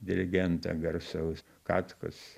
dirigento garsaus katkaus